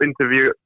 interview